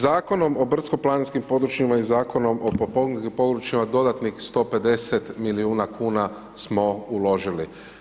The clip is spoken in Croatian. Zakonom o brdsko planinskim područjima i Zakonom o o potpomognutim područjima dodatnih 150 milijuna kuna smo uložili.